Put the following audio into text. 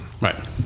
Right